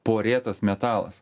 porėtas metalas